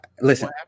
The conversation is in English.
Listen